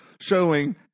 showing